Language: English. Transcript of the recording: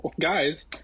Guys